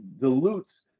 dilutes